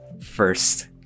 first